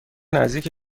نزدیک